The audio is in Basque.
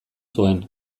zuen